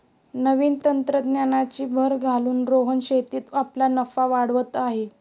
नवीन तंत्रज्ञानाची भर घालून रोहन शेतीत आपला नफा वाढवत आहे